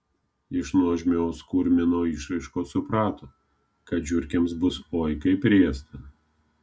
iš nuožmios kurmino išraiškos suprato kad žiurkėms bus oi kaip riesta